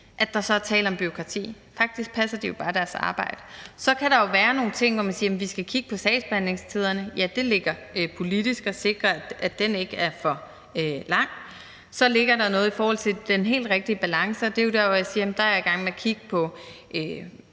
byggeri, så er tale om bureaukrati. Faktisk passer de jo bare deres arbejde. Så kan der være nogle ting, hvor man siger, at vi skal kigge på sagsbehandlingstiden. Ja, det ligger politisk at sikre, at den ikke er for lang. Så ligger der noget i forhold til den helt rigtige balance, og det er jo der, hvor jeg siger, at jeg er i gang med at kigge på